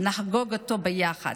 נחגוג אותו ביחד.